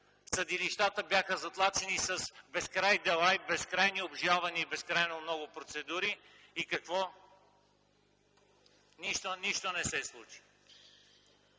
Съдилищата бяха затлачени с безкрайни дела, безкрайни обжалвания и безкрайно много процедури. И какво? Нищо не се случи.